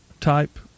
type